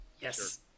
Yes